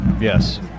Yes